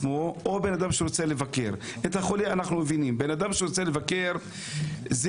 אנחנו מבינים שהחולה חייב להגיע לבית החולים.